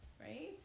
right